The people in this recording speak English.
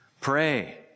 Pray